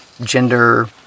gender